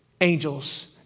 angels